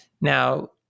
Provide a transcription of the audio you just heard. Now